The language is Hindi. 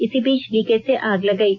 इसी बीच लिकेज से आग लग गयी